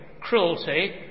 cruelty